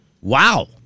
Wow